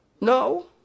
No